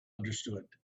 understood